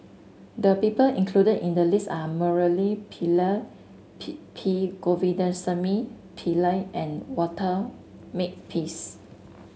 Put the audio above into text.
the people included in the list are Murali Pillai P P Govindasamy Pillai and Walter Makepeace